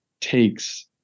takes